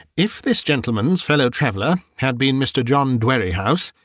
if this gentleman's fellow traveller had been mr. john dwerrihouse,